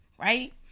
right